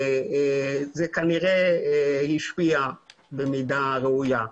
זה כנראה השפיע במידה ראויה.